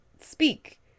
speak